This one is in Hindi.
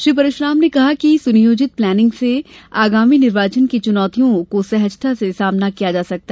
श्री परश्राम ने कहा कि सुनियोजित प्लानिंग से आगामी निर्वाचन की चुनौतियों का सहजता से सामना किया जा सकेगा